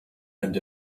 and